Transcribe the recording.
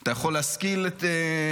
אתה יכול להשכיל את --- לא.